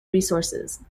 resources